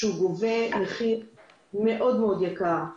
מה שגובה מחיר מאוד מאוד יקר,